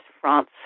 France